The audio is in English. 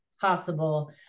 possible